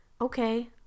Okay